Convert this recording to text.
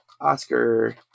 Oscar